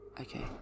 Okay